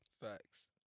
Facts